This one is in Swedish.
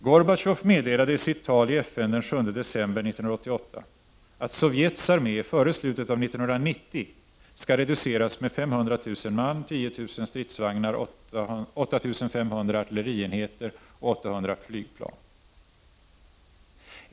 Gorbatjov meddelade i sitt tal i FN den 7 december 1988 att Sovjets armé före slutet av 1990 skall reduceras med 500 000 man, 10 000 stridsvagnar, 8 500 artillerienheter och 800 flygplan.